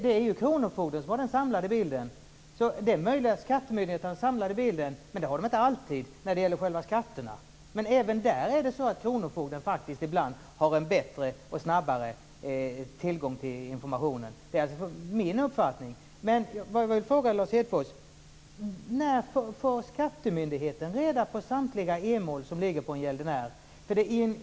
Det är ju kronofogden som har den samlade bilden. Det är möjligt att skattemyndigheterna får en samlad bild när det gäller själva skatterna, men även där har enligt min uppfattning kronofogden faktiskt ibland en bättre och snabbare tillgång till informationen. Jag vill fråga Lars Hedfors: När får skattemyndigheten reda på samtliga enskilda mål som ligger på en gäldenär?